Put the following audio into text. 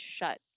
shut